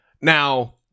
Now